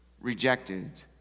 rejected